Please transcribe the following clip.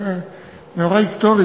זה מאורע היסטורי.